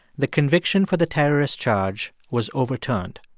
the conviction for the terrorist charge was overturned.